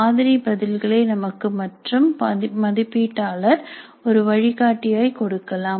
மாதிரி பதில்களை நமக்கு மற்றும் மதிப்பீட்டாளர் ஒரு வழிகாட்டியாய் கொடுக்கலாம்